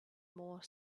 more